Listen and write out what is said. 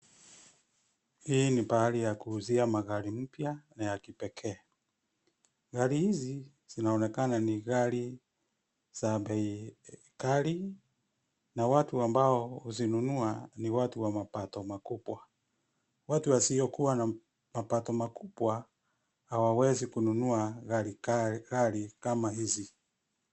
Hii ni pahali ya kuuzia magari mpya, na ya kipekee. Gari hizi, zinaonekana ni gari za bei ghali, na watu ambao huzinunua, ni watu wa mapato makubwa. Watu wasiokuwa na mapato makubwa, hawawezi kununua gari kama hizi.